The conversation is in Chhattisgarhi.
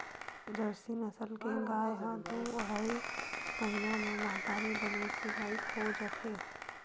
जरसी नसल के गाय ह दू अड़हई महिना म महतारी बने के लइक हो जाथे